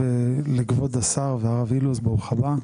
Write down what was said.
לכבוד השר והרב ביטון, ברוך הבא.